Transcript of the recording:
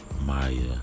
Maya